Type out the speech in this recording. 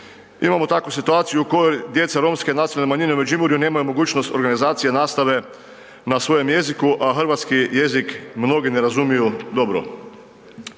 Imamo takvu situaciju u kojoj djeca romske nacionale manjine u Međimurju nemaju mogućnost organizacije nastave na svojem jeziku, a hrvatski jezik mnogi ne razumiju dobro.